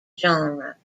genre